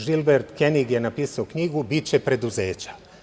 Žilber Kenig je napisao knjigu „Biće preduzeća“